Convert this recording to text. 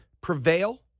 prevail